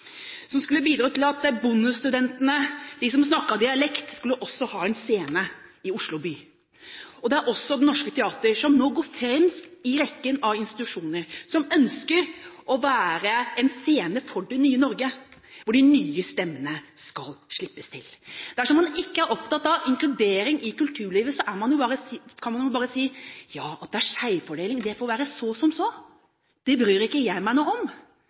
som skulle bidra til at bondestudentene, de som snakket dialekt, også skulle ha en scene i Oslo by. Det er også Det Norske Teatret som nå er fremst i rekken av institusjoner som ønsker å være en scene for det nye Norge, hvor de nye stemmene skal slippes til. Dersom man ikke er opptatt av inkludering i kulturlivet, kan man jo bare si at ja, det er skjevfordeling, det får så være, det bryr ikke jeg meg noe om.